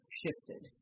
shifted